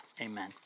amen